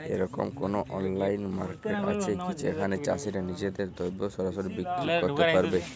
এরকম কোনো online market আছে কি যেখানে চাষীরা নিজেদের দ্রব্য সরাসরি বিক্রয় করতে পারবে?